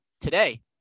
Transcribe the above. Today